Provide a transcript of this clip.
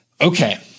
Okay